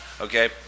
okay